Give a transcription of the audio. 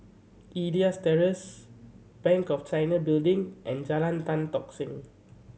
Elias Terrace Bank of China Building and Jalan Tan Tock Seng